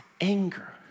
anger